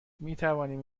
میتوانیم